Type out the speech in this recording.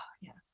yes